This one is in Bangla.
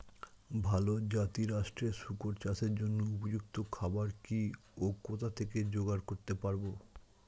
ভালো জাতিরাষ্ট্রের শুকর চাষের জন্য উপযুক্ত খাবার কি ও কোথা থেকে জোগাড় করতে পারব?